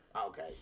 okay